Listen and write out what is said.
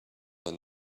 that